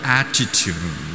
attitude